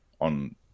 on